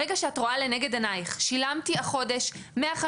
ברגע שאת רואה לנגד עינייך שילמתי החודש 150